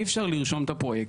אי אפשר לרשום את הפרויקט.